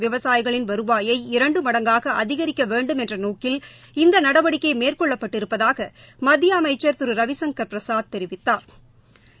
விவசாயிகளின வருவாயை இரண்டு மடங்காக அதிகரிக்க வேண்டும் என்ற நோக்கில் இந்த நடவடிக்கை மேற்கொள்ளப்பட்டிருப்பதாக மத்திய அமைச்சள் திரு ரவி சங்கள் பிரசாத் தெரிவித்தாா்